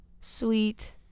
sweet